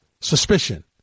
suspicion